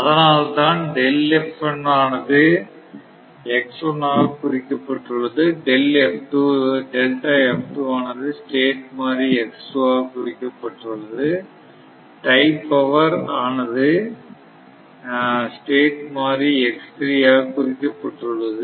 அதனால்தான்ஆனதுஆக குறிக்கப்பட்டுள்ளது ஆனது ஸ்டேட் மாறி ஆக குறிக்கப்பட்டுள்ளது டை பவர் ஆனது ஸ்டேட் மாறி ஆக குறிக்கப்பட்டுள்ளது